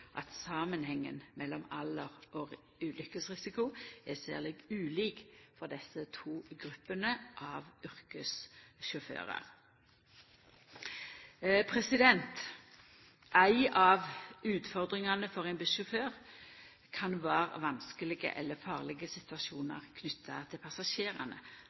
at samanhengen mellom alder og ulykkesrisiko er særleg ulik for desse to gruppene av yrkessjåførar. Ei av utfordringane for ein bussjåfør kan vera vanskelege eller farlege situasjonar knytte til